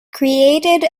created